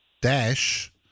dash